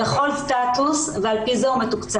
יש תוכנית יסוד לכל סטטוס ועל פי זה הוא מתוקצב.